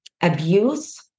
abuse